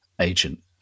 agent